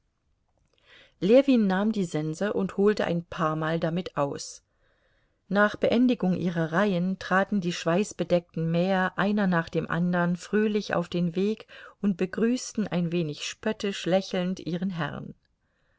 ljewin nahm die sense und holte ein paarmal damit aus nach beendigung ihrer reihen traten die schweißbedeckten mäher einer nach dem andern fröhlich auf den weg und begrüßten ein wenig spöttisch lächelnd ihren herrn